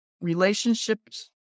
relationships